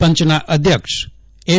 પંચના અધ્યક્ષ એન